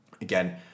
Again